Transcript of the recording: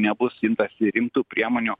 nebus imtasi rimtų priemonių